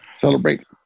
celebrate